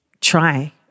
try